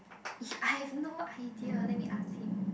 I have no idea let me ask him